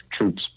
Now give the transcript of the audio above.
troops